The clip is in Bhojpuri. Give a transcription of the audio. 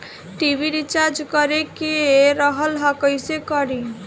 टी.वी रिचार्ज करे के रहल ह कइसे करी?